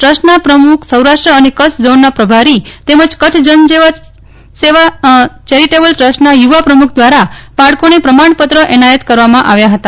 ટ્રસ્ટના પ્રમુખ સૌરાષ્ટ્ર અને કચ્છ ઝોનના પ્રભારી તેમજ કચ્છ જનસેવા ચેરિટેબલ ટ્રસ્ટના યુવા પ્રમુખ દ્વારા બાળકોને પ્રમાણપત્ર એનાયત કરવામાં આવ્યા હતા